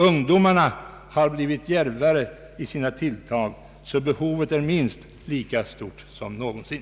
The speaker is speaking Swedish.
Ungdomarna har blivit djärvare i sina tilltag, så behovet är minst lika stort som någonsin.